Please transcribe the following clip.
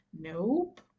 Nope